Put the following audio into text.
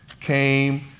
came